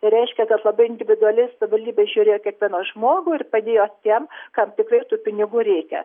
tai reiškia kad labai individuali savivaldybė žiūrėjo kiekvieną žmogų ir padėjo tiem kam tikrai tų pinigų reikia